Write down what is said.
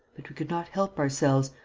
but we could not help ourselves.